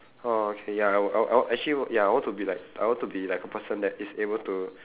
oh okay ya I would I would actually wo~ ya I want to be like I want to be like the person that is able to